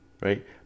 right